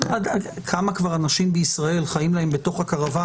כמה כבר אנשים בישראל חיים להם בתוך הקרוון.